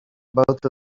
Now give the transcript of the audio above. both